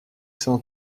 cent